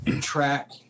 track